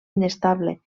inestable